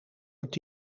het